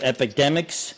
Epidemics